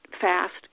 fast